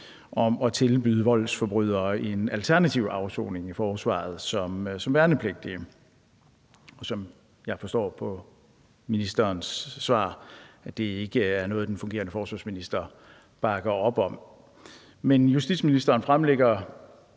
om at tilbyde voldsforbrydere en alternativ afsoning i forsvaret som værnepligtige. Jeg forstår på den fungerende forsvarsministers svar, at det ikke er noget, han bakker op om. Men justitsministeren fremlægger